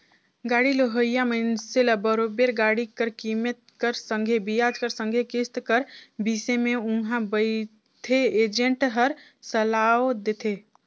गाड़ी लेहोइया मइनसे ल बरोबेर गाड़ी कर कीमेत कर संघे बियाज कर संघे किस्त कर बिसे में उहां बइथे एजेंट हर सलाव देथे